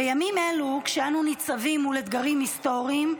בימים אלו, כשאנו ניצבים מול אתגרים היסטוריים,